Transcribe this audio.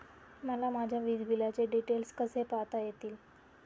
मला माझ्या वीजबिलाचे डिटेल्स कसे पाहता येतील?